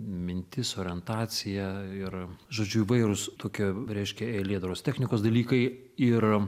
mintis orientacija ir žodžiu įvairūs tokie reiškia eilėdaros technikos dalykai ir